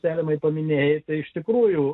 deramai paminėta iš tikrųjų